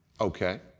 okay